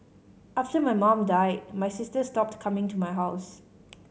after my mum died my sister stopped coming to my house